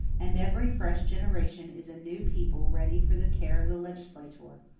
and every fresh generation is a new people ready for the care of the legislator.